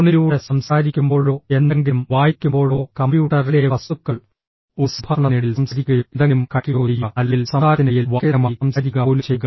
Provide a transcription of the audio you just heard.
ഫോണിലൂടെ സംസാരിക്കുമ്പോഴോ എന്തെങ്കിലും വായിക്കുമ്പോഴോ കമ്പ്യൂട്ടറിലെ വസ്തുക്കൾ ഒരു സംഭാഷണത്തിനിടയിൽ സംസാരിക്കുകയോ എന്തെങ്കിലും കഴിക്കുകയോ ചെയ്യുക അല്ലെങ്കിൽ സംസാരത്തിനിടയിൽ വാക്കേതരമായി സംസാരിക്കുക പോലും ചെയ്യുക